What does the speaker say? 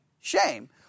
shame